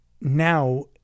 Now